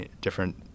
different